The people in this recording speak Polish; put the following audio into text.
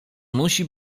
musi